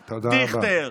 דיכטר,